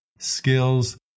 Skills